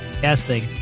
Guessing